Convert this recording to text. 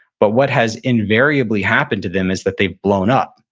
but what has invariably happened to them is that they've blown up.